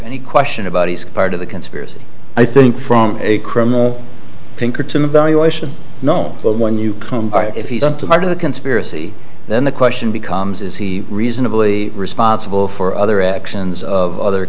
any question about he's part of the conspiracy i think from a criminal pinkerton evaluation no but when you come out of the conspiracy then the question becomes is he reasonably responsible for other actions of other